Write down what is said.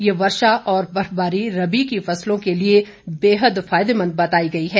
यह वर्षा और बर्फबारी रबी की फसलों के लिए बेहद फायदेमंद बताई गई है